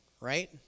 right